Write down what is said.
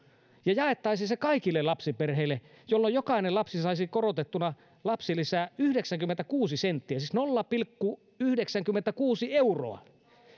ja jaettaisiin se kaikille lapsiperheille jolloin jokainen lapsi saisi korotettuna lapsilisää yhdeksänkymmentäkuusi senttiä siis nolla pilkku yhdeksänkymmentäkuusi euroa